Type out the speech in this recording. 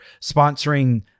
sponsoring